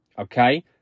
Okay